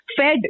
fed